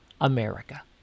America